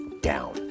down